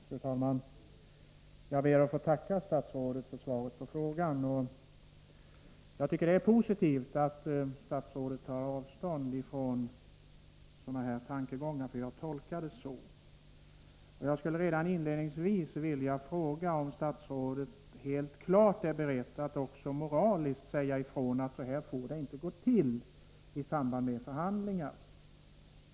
Fru talman! Jag ber att få tacka statsrådet för svaret på frågan. Jag tycker att det är positivt att statsrådet tar avstånd från sådana tankegångar som jag påtalat — jag tolkar svaret så. Jag skulle redan inledningsvis vilja fråga om statsrådet helt klart är beredd att också moraliskt säga ifrån att det inte får gå till så här i samband med förhandlingar.